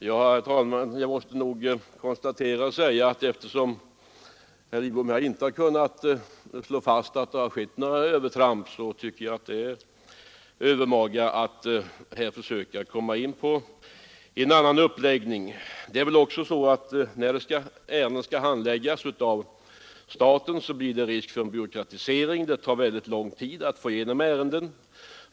Herr talman! Eftersom herr Lidbom inte har kunnat bevisa att det har skett några övertramp tycker jag det är övermaga att här försöka få till stånd en ändring i de svenska utlandsinvesteringarna. När ärenden skall handläggas av staten är det stor risk för en byråkratisering. Det tar alltför lång tid att få igenom ärenden.